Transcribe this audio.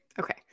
Okay